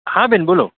હા બેન બોલો